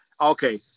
Okay